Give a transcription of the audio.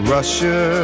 Russia